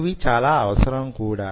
ఇవి చాలా అవసరం కూడా